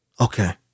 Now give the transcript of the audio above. okay